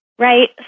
Right